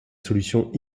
solutions